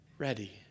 Ready